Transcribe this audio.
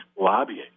lobbying